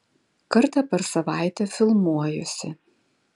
kartą per savaitę filmuojuosi